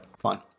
Fine